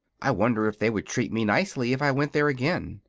i wonder if they would treat me nicely if i went there again.